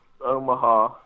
Omaha